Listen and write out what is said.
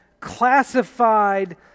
classified